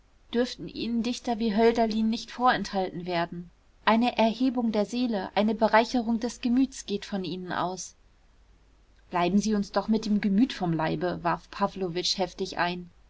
dürften ihnen dichter wie hölderlin nicht vorenthalten werden eine erhebung der seele eine bereicherung des gemüts geht von ihnen aus bleiben sie uns doch mit dem gemüt vom leibe warf pawlowitsch heftig ein